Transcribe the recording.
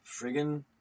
friggin